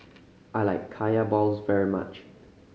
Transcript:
I like Kaya balls very much